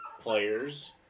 players